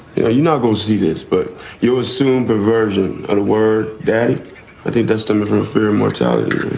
you know you know go see this but you assume the version of the word. daddy i think destined for immortality.